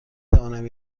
توانم